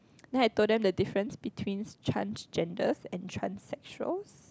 then I told them the difference between transgenders and transexuals